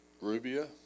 Rubia